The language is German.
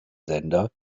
sender